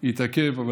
התעכב,